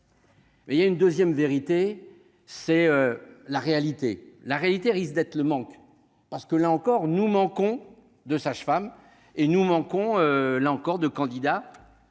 Mais il y a une 2ème vérité c'est la réalité, la réalité risque d'être le manque parce que, là encore, nous manquons de sages-femmes et nous manquons là encore de candidats